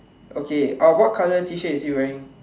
okay uh what color t-shirt is he wearing